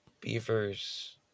beavers